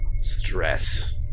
stress